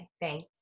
Thanks